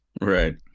right